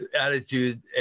attitude